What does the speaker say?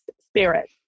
spirit